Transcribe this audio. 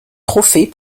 trophée